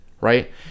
Right